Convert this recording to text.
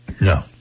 no